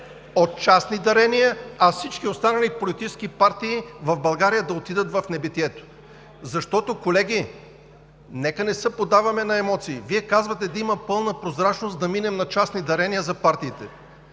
от частни дарения, а всички останали политически партии в България да отидат в небитието. Колеги, нека не се поддаваме на емоции. Вие казвате – да има пълна прозрачност, да минем на частни дарения за партиите.